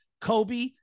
Kobe